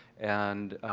and